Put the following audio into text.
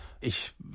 Ich